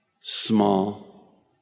small